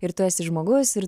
ir tu esi žmogus ir